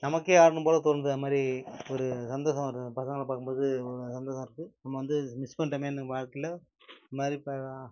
நமக்கே ஆடணும் போல தோணுது அது மாதிரி ஒரு சந்தோஷமாக இருக்குது அந்த பசங்களை பார்க்கும்போது ரொம்ப சந்தோஷமாக இருக்குது நம்ம வந்து மிஸ் பண்ணிட்டோமேன்னு நம்ம வாழ்க்கையில் ஒரு மாதிரி இப்போ